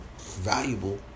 valuable